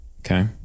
Okay